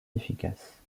efficaces